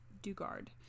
Dugard